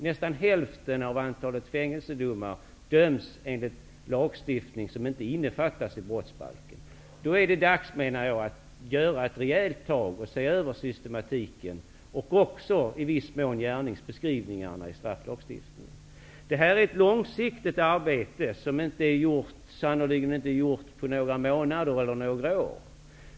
Nästan hälften av antalet fängelsedomar döms enligt lagstiftning som inte innefattas i brottsbalken. Då är det dags att ta ett rejält tag för att se över systematiken. Det gäller även i viss mån gärningsbeskrivningarna i strafflagstiftningen. Det här är ett långsiktigt arbete, som sannerligen inte är gjort på några månader, eller några år.